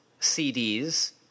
CDs